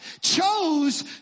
chose